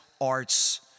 arts